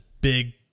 big